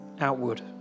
outward